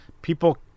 People